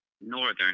Northern